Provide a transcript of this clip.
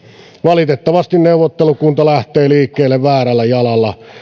valitettavasti neuvottelukunta lähtee liikkeelle väärällä jalalla